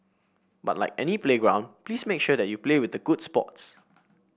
but like any playground please make sure that you play with the good sports